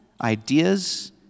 ideas